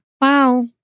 wow